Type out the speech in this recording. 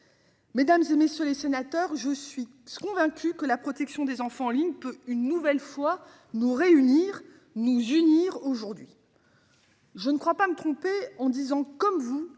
Mesdames, et messieurs les sénateurs. Je suis ce convaincu que la protection des enfants ligne peut une nouvelle fois nous réunir nous unir aujourd'hui. Je ne crois pas me tromper en disant comme vous